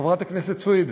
חברת הכנסת סויד,